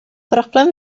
broblem